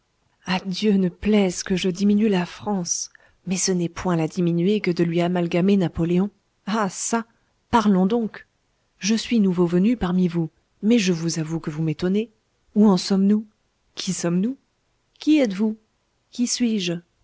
à dieu ne plaise que je diminue la france mais ce n'est point la diminuer que de lui amalgamer napoléon ah çà parlons donc je suis nouveau venu parmi vous mais je vous avoue que vous m'étonnez où en sommes-nous qui sommes-nous qui êtes-vous qui suis-je